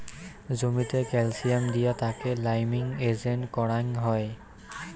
জমিতে ক্যালসিয়াম দিয়া তাকে লাইমিং এজেন্ট করাং হই